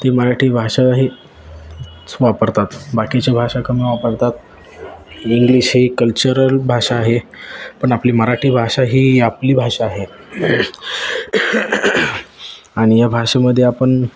ती मराठी भाषा ही वापरतात बाकीची भाषा कमी वापरतात इंग्लिश ही कल्चरल भाषा आहे पण आपली मराठी भाषा ही आपली भाषा आहे आणि या भाषेमध्ये आपण